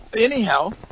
anyhow